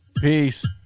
Peace